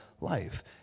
life